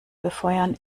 befeuern